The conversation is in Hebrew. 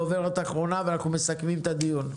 דוברת אחרונה ואנחנו מסכמים את הדיון.